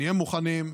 נהיה מוכנים,